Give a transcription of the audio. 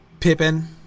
Pippin